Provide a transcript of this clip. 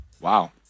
Wow